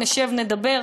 נשב ונדבר,